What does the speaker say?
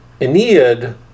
Aeneid